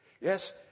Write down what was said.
Yes